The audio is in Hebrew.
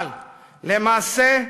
אבל למעשה,